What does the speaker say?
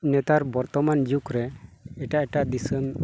ᱱᱮᱛᱟᱨ ᱵᱚᱨᱛᱚᱢᱟᱱ ᱡᱩᱜᱽ ᱨᱮ ᱮᱴᱟᱜ ᱮᱴᱟᱜ ᱫᱤᱥᱚᱢ